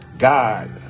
God